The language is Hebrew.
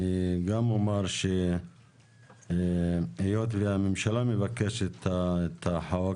אני גם אומר שהיות והממשלה מבקשת את החוק,